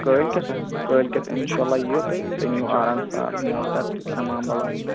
کٲلۍکیٚتھَ ہا کٲلۍکیٚتھ اِنشا اللہ یِیِو تُہۍ تُہۍ نِیِو آرام سان موٹر تہِ تَمام بَلایہِ